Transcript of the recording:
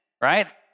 right